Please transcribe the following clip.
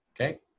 Okay